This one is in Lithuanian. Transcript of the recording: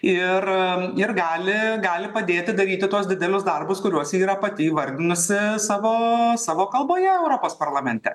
ir ir gali gali padėti daryti tuos didelius darbus kuriuos ji yra pati įvardijusi savo savo kalboje europos parlamente